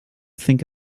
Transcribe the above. think